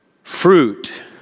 fruit